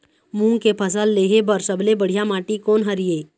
मूंग के फसल लेहे बर सबले बढ़िया माटी कोन हर ये?